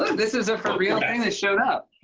this is a for-real thing that showed up.